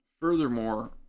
Furthermore